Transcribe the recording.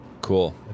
Cool